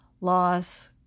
loss